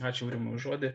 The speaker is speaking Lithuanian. ačiū aurimai už žodį